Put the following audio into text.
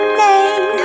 name